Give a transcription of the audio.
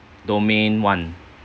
domain one